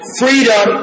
freedom